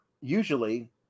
usually